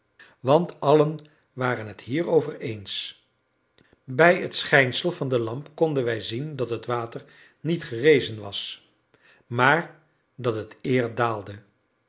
want allen waren het hierover eens bij het schijnsel van de lamp konden wij zien dat het water niet gerezen was maar dat het eer daalde